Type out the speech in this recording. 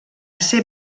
ser